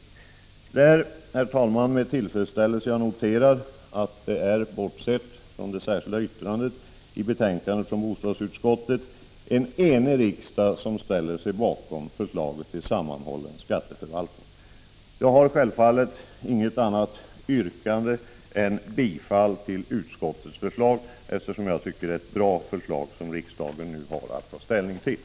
Det är, herr talman, med tillfredsställelse jag noterar att det är en, bortsett från ett särskilt yttrande i betänkande från bostadsutskottet, enig riksdag som ställer sig bakom förslaget till sammanhållen skatteförvaltning. Jag har självfallet inget annat yrkande än om bifall till utskottets hemställan, eftersom jag tycker att det är ett bra förslag som riksdagen nu har att ta ställning till.